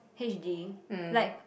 H_D like